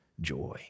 joy